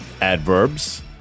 adverbs